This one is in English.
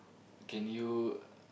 can you